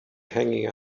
hanging